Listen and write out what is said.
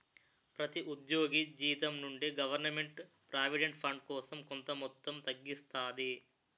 ప్రతి ఉద్యోగి జీతం నుండి గవర్నమెంట్ ప్రావిడెంట్ ఫండ్ కోసం కొంత మొత్తం తగ్గిస్తాది